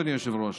אדוני היושב-ראש,